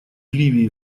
ливии